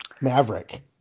Maverick